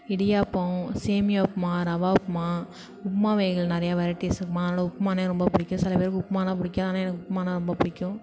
இடியாப்பம் சேமியா உப்புமா ரவா உப்புமா உப்புமா வகைகள் நிறையா வெரைட்டிஸ் உப்புமா அதனால உப்புமானா ரொம்ப பிடிக்கும் சில பேருக்கு உப்புமானா பிடிக்காது ஆனால் எனக்கு உப்புமானா ரொம்ப பிடிக்கும்